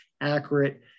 accurate